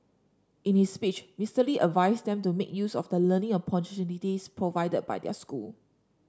in his speech Mister Lee advised them to make use of the learning opportunities provided by their school